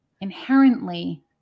inherently